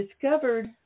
discovered